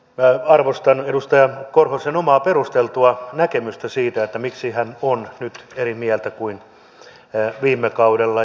minä arvostan edustaja korhosen omaa perusteltua näkemystä siitä miksi hän on nyt eri mieltä kuin viime kaudella